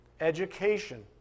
education